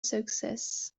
success